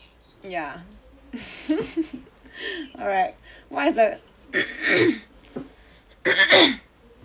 ya alright what is the